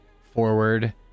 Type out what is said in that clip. forward